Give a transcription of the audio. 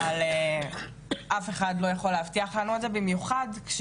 אבל אף אחד לא יכול להבטיח לנו את זה ובמיוחד לאור